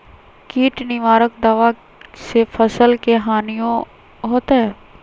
किट निवारक दावा से फसल के हानियों होतै?